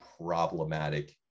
problematic